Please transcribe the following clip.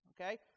okay